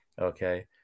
Okay